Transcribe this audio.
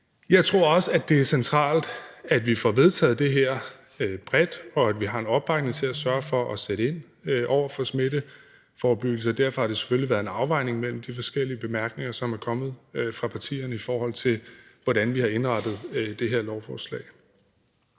Jeg tror, at det er centralt, at vi får vedtaget det her bredt, og at vi har en opbakning til at sørge for at sætte ind i forhold til smitteforebyggelse, og derfor har der selvfølgelig været en afvejning mellem de forskellige bemærkninger, som er kommet fra partierne, i forhold til hvordan vi har indrettet det her lovforslag.